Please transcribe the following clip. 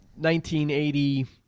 1980